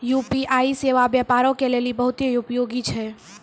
UPI सेबा व्यापारो के लेली बहुते उपयोगी छै